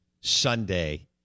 Sunday